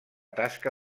tasca